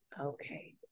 Okay